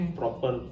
proper